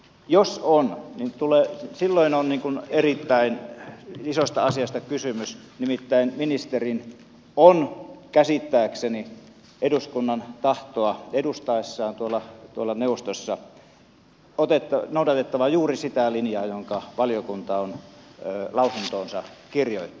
jos on niin silloin on erittäin isosta asiasta kysymys nimittäin ministerin on käsittääkseni eduskunnan tahtoa edustaessaan tuolla neuvostossa noudatettava juuri sitä linjaa jonka valiokunta on lausuntoonsa kirjoittanut